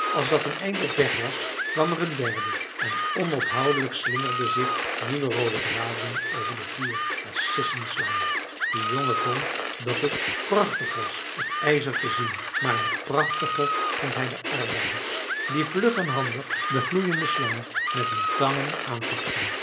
als dat een eind op weg was kwam er een derde en onophoudelijk slingerden zich nieuwe roode draden over den vloer als sissende slangen de jongen vond dat het prachtig was het ijzer te zien maar nog prachtiger vond hij de arbeiders die vlug en handig de gloeiende slangen met hun tangen aanpakten